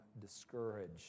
discouraged